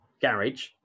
garage